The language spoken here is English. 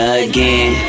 again